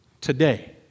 today